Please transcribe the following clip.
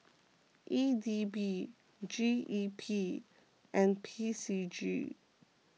E D B G E P and P C G